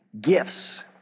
Gifts